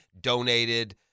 donated